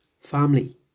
family